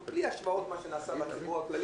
בגלל שבציבור החרדי